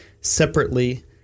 separately